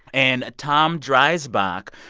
and tom dreisbach,